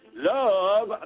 Love